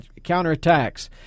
counterattacks